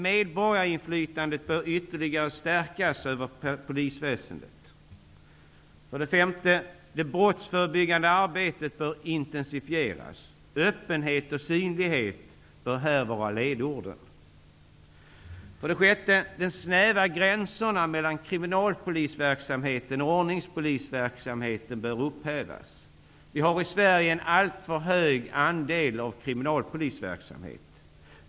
Medborgarinflytandet över polisväsendet bör ytterligare stärkas. Det brottsförebyggande arbetet bör intensifieras. Öppenhet och synlighet bör här vara ledorden. De snäva gränserna mellan kriminalpolisverksamheten och ordningspolisverksamheten bör upphävas. Vi har i Sverige en alltför hög andel av kriminalpolisverksamhet.